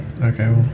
okay